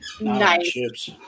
Nice